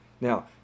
Now